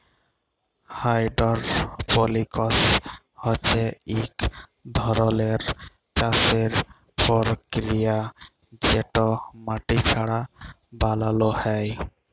hydroponics হছে ইক ধরলের চাষের পরকিরিয়া যেট মাটি ছাড়া বালালো হ্যয়